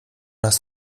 hast